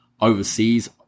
overseas